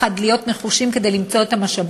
צריך באמת ביחד להיות נחושים כדי למצוא את המשאבים.